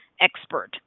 expert